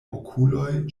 okuloj